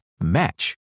match